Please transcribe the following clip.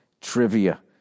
trivia